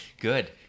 Good